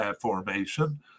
formation